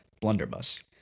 Blunderbuss